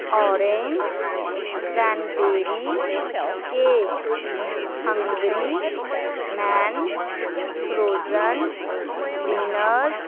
orange crane berry cake hungry man frozen dents